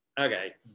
Okay